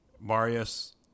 Marius